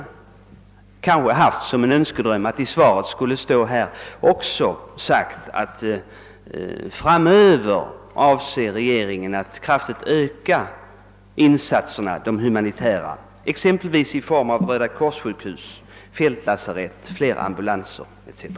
En önskedröm hade varit att det i svaret skulle ha stått att regeringen avser att framöver kraftigt öka de humanitära insatserna exempelvis i form av rödakorssjukhus, fältlasarett, fler ambulanser etc.